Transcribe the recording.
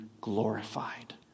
glorified